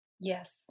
Yes